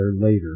later